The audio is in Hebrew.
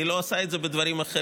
אני לא עושה את זה בדברים אחרים,